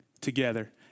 together